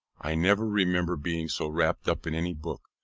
i never remember being so wrapt up in any book,